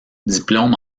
diplôme